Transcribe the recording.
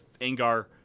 Angar